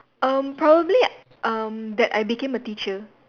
erm probably um that I became a teacher